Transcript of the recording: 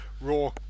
Raw